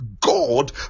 God